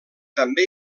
també